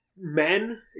men